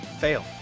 Fail